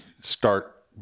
start